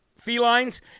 felines